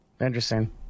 interesting